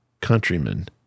countrymen